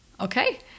Okay